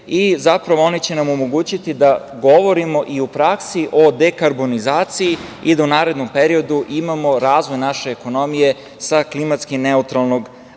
i zapravo one će nam omogućiti da govorimo i u praksi o dekarbonizaciji i da u narednom periodu imamo razvoj naše ekonomije sa klimatski neutralnog